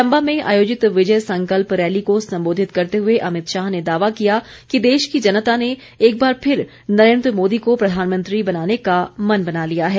चम्बा में आयोजित विजय संकल्प रैली को संबोधित करते हुए अमित शाह ने दावा किया कि देश की जनता ने एकबार फिर नरेन्द्र मोदी को प्रधानमंत्री बनाने का मन बना लिया है